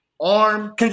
Arm